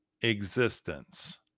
existence